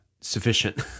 sufficient